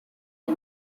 the